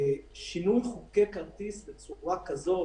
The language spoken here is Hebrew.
בשינוי חוקי כרטיס בצורה כזאת,